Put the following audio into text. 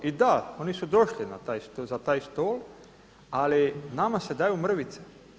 I da, oni su došli za taj stol, ali nama se daju mrvice.